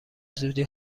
زودی